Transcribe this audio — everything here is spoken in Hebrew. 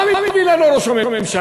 מה מביא לנו ראש הממשלה?